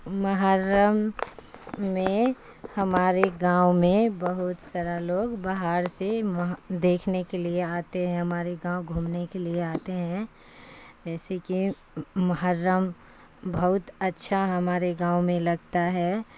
محرم میں ہمارے گاؤں میں بہت سارا لوگ باہر سے دیکھنے کے لیے آتے ہیں ہمارے گاؤں گھومنے کے لیے آتے ہیں جیسے کہ محرم بہت اچھا ہمارے گاؤں میں لگتا ہے